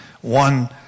One